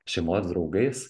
šeimos draugais